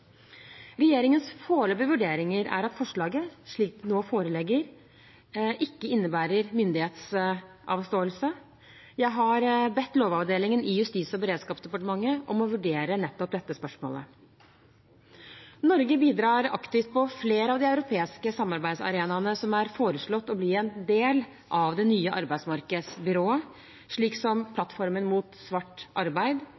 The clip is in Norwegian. Regjeringens foreløpige vurdering er at forslaget, slik det nå foreligger, ikke innebærer myndighetsavståelse. Jeg har bedt lovavdelingen i Justis- og beredskapsdepartementet om å vurdere nettopp dette spørsmålet. Norge bidrar aktivt på flere av de europeiske samarbeidsarenaene som er foreslått å bli en del av det nye arbeidsmarkedsbyrået, slik som